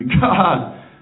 God